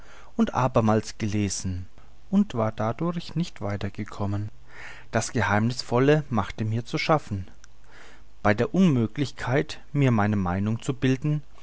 und abermals gelesen und war dadurch nicht weiter gekommen das geheimnißvolle machte mir zu schaffen bei der unmöglichkeit mir eine meinung zu bilden